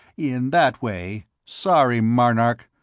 in that way sorry, marnark,